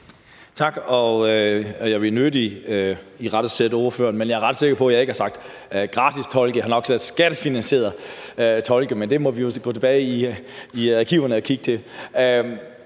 Tak. Jeg vil nødig irettesætte ordføreren, men jeg er ret sikker på, at jeg ikke har sagt gratis tolk. Jeg har nok sagt skattefinansierede tolke, men det må vi jo gå tilbage i arkiverne og se.